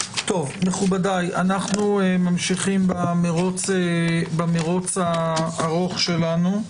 מכובדיי, אנחנו ממשיכים במרוץ הארוך שלנו.